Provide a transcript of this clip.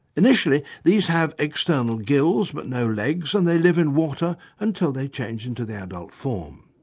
initially these have external gills but no legs and they live in water until they change into the adult form.